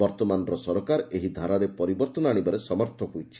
ବର୍ଉମାନର ସରକାର ଏହି ଧାରାରେ ପରିବର୍ତ୍ରନ ଆଶିବାରେ ସମର୍ଥ ହୋଇଛି